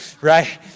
right